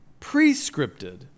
prescripted